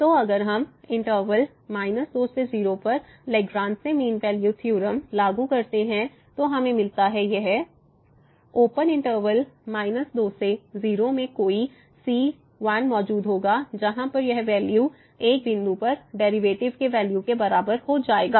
तो अगर हम इनटर्वल 2 से 0 पर लेग्रांजे मीन वैल्यू थ्योरम लागू करते हैं तो हमें मिलता है f0 f0 ओपन इंटरवल 2 से 0 में कोई c1 मौजूद होगा जहां पर यह वैल्यू एक बिन्दु पर डेरिवेटिव के वैल्यू के बराबर हो जाएगा